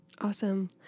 Awesome